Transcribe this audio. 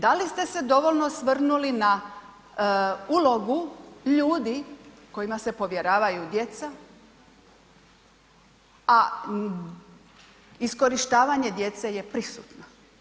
Da li ste se dovoljno osvrnuli na ulogu ljudi, kojima se povjeravaju djeca, a iskorištavanje djece je prisutno?